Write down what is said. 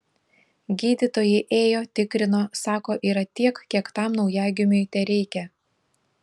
gydytojai ėjo tikrino sako yra tiek kiek tam naujagimiui tereikia